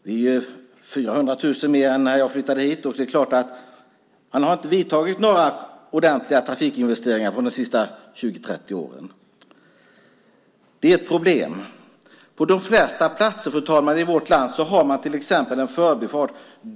Vi är 400 000 fler än när jag flyttade hit, och man har inte vidtagit några ordentliga trafikinvesteringar på de senaste 20-30 åren. Det är ett problem. På de flesta platser, fru talman, i vårt land har man till exempel en förbifart.